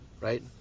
right